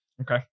Okay